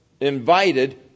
invited